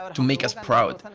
um to make us proud. and